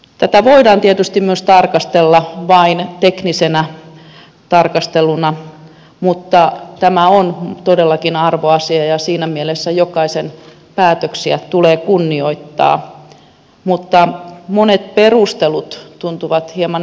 tätä voidaan tietysti myös tarkastella vain teknisenä tarkasteluna mutta tämä on todellakin arvoasia ja siinä mielessä jokaisen päätöksiä tulee kunnioittaa mutta monet perustelut tuntuvat hieman erikoisilta